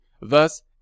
Thus